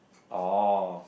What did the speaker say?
oh